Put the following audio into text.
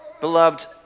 beloved